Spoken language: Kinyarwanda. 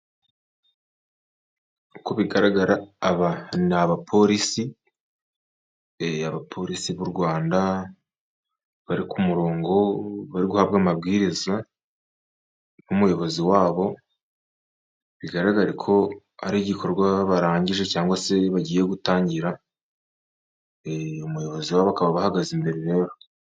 Uko bigaragara aba ni abapolisi, abapolisi b'u Rwanda bari ku murongo bari guhabwa amabwiriza n'umuyobozi wabo bigaragare ko ari igikorwa barangije cyangwa se bagiye gutangira, umuyobozi wabo akaba abahagaze imbere.